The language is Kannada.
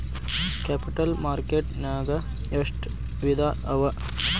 ಕ್ಯಾಪಿಟಲ್ ಮಾರ್ಕೆಟ್ ನ್ಯಾಗ್ ಎಷ್ಟ್ ವಿಧಾಅವ?